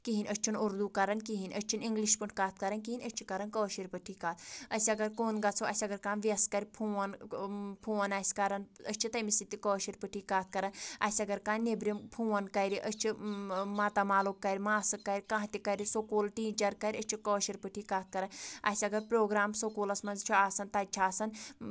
کِہیٖنٛۍ نہٕ أسۍ چھِنہٕ اُردو کَران کِہیٖنٛۍ أسۍ چھِنہٕ اَنگلِش پٲٹھۍ کَتھ کَران کِہیٖنٛۍ أسۍ چھِ کَران کٲشِر پٲٹھی کَتھ أس اَگر کُن گژھو اَسہِ اَگر کانٛہہ وٮ۪س کَرِ فون فون آسہِ کَرنا أسۍ چھِ تٔمِس سۭتۍ تہِ کٲشِر پٲٹھی کَتھ کَران اَسہِ اَگر کانٛہہ نٮ۪برِم فون کَرِ أسۍ چھِ ماتامالُک کَرِ ماسہٕ کَرِ کانٛہہ تہِ کَرِ سکوٗل ٹٮیٖچر کَرِ أسۍ چھِ کٲشِر پٲٹھی کَتھ کَران اَسہِ اَگر پرٛوگرام سکوٗلَس منٛز چھُ آسان تَتہِ چھِ آسان